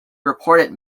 reported